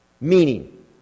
Meaning